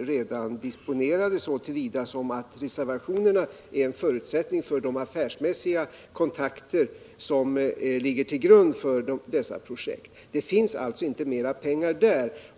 redan är disponerade så till vida att reservationerna är en förutsättning för de affärsmässiga kontakter som ligger till grund för dessa projekt. Det finns alltså inte mer pengar.